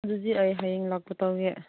ꯑꯗꯨꯗꯤ ꯑꯩ ꯍꯌꯦꯡ ꯂꯥꯛꯄ ꯇꯧꯒꯦ